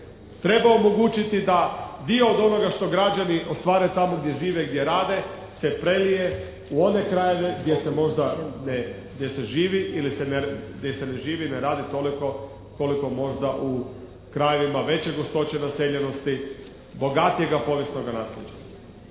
treba omogućiti da dio od onoga što građani ostvare tamo gdje žive i gdje rade se prelije u one krajeve gdje se možda, gdje se živi ili gdje se ne živi i ne radi toliko koliko možda u krajevima veće gustoće naseljenosti, bogatijega povijesnoga naslijeđa.